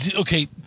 Okay